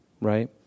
right